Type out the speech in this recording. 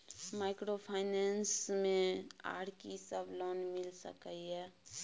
Microfinance मे आर की सब लोन मिल सके ये?